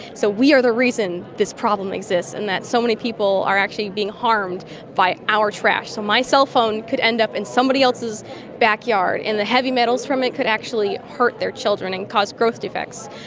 so we are the reason this problem exists and that so many people are actually being harmed by our trash. so my cellphone could end up in somebody else's backyard and the heavy metals from it could actually hurt their children and cause growth defects.